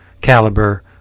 caliber